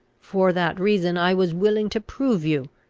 for that reason i was willing to prove you.